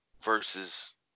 versus